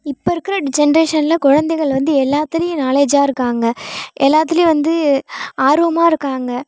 இப்போ இருக்கிற ஜெண்ட்ரேஷன்ல குழந்தைகள் வந்து எல்லாத்துலேயும் நாலேஜாக இருக்காங்க எல்லாத்துலேயும் வந்து ஆர்வமாக இருக்காங்க